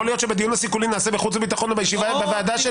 יכול להיות שבדיון הסיכולי נעשה בחוץ וביטחון או בישיבה בוועדה של